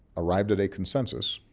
arrived at a consensus,